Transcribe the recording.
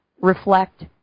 reflect